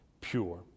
pure